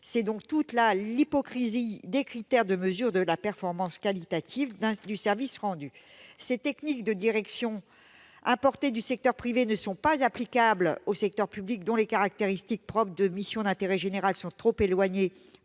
Cela montre toute l'hypocrisie des critères de mesures de la performance qualitative du service rendu ! Ces techniques de direction, importées du secteur privé, ne sont pas applicables au secteur public, dont les caractéristiques propres de mission d'intérêt général sont trop éloignées